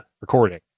recording